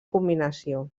combinació